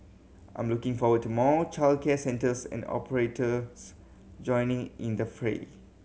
I'm looking forward to more childcare centres and operators joining in the fray